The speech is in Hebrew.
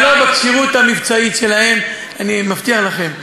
ולא בכשירות המבצעית שלהם, אני מבטיח לכם.